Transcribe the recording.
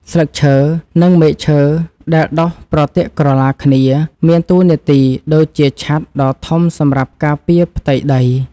ស្លឹកឈើនិងមែកឈើដែលដុះប្រទាក់ក្រឡាគ្នាមានតួនាទីដូចជាឆត្រដ៏ធំសម្រាប់ការពារផ្ទៃដី។ស្លឹកឈើនិងមែកឈើដែលដុះប្រទាក់ក្រឡាគ្នាមានតួនាទីដូចជាឆត្រដ៏ធំសម្រាប់ការពារផ្ទៃដី។